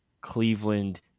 Cleveland